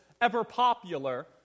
ever-popular